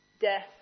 death